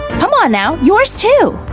come on now, yours too!